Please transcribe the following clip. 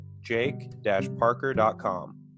jake-parker.com